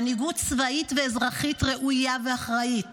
מנהיגות צבאית ואזרחית ראויה ואחראית